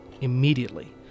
Immediately